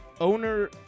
owner